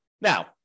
Now